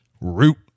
Root